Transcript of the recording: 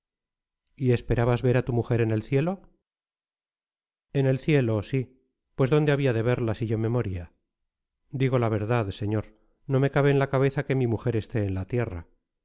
y esperabas ver a tu mujer en el cielo en el cielo sí pues dónde había de verla si yo me moría digo la verdad señor no me cabe en la cabeza que mi mujer esté en la tierra